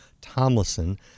Tomlinson